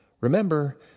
remember